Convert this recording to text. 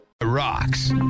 rocks